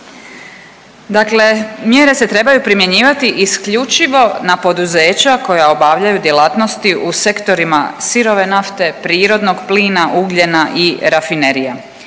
Dakle, mjere se trebaju primjenjivati isključivo na poduzeća koja obavljaju djelatnosti u sektorima sirove nafte, prirodnog plina, ugljena i rafinerija.